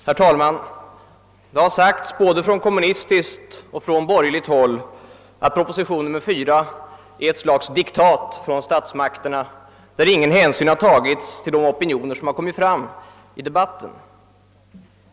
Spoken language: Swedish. Herr talman! Det har sagts från både kommunistiskt och borgerligt håll att proposition nr 4 är ett slags diktat från statsmakterna, där ingen hänsyn tagits till de opinioner som kommit fram i debatten.